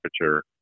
temperature